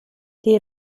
die